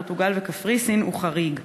פורטוגל וקפריסין הוא חריג.